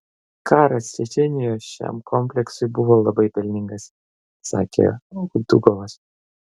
karas čečėnijoje šiam kompleksui buvo labai pelningas sakė udugovas